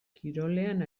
kirolean